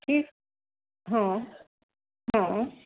ठीक हां हां